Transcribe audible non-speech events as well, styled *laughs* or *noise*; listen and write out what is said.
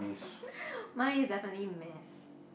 *laughs* mine is definitely math